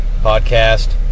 podcast